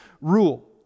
rule